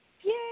Yay